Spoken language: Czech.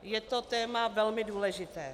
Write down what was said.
Je to téma velmi důležité.